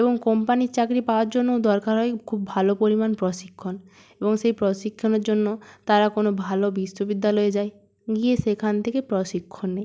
এবং কোম্পানির চাকরি পাওয়ার জন্যও দরকার হয় খুব ভালো পরিমাণ প্রশিক্ষণ এবং সেই প্রশিক্ষণের জন্য তারা কোনো ভালো বিশ্ববিদ্যালয়ে যায় গিয়ে সেখান থেকে প্রশিক্ষণ নেয়